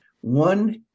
one